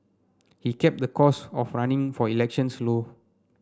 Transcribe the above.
he kept the cost of running for elections low